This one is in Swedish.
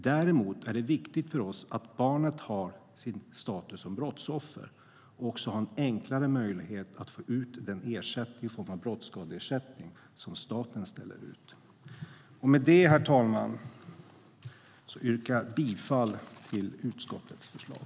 Däremot är det viktigt för oss att barnet har sin status som brottsoffer och att det blir enklare att få ut den ersättning i form av brottsskadeersättning som staten ställer ut. Herr talman! Jag yrkar bifall till utskottets förslag.